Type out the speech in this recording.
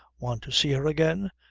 want to see her again?